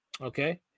Okay